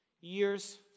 years